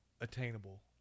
attainable